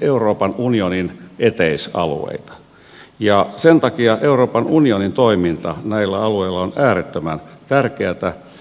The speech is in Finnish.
euroopan unionin eteisalueita ja sen takia euroopan unionin toiminta näillä alueilla on äärettömän tärkeätä